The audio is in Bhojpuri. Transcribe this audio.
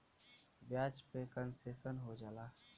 ब्याज पे कन्सेसन हो जाला